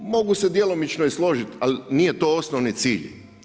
Mogu se djelomično i složiti ali nije to osnovni cilj.